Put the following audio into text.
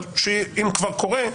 אבל אם זה כבר קורה,